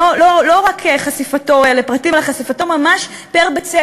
לא רק חשיפתו לפרטים אלא ממש חשיפתו פר-בית-ספר,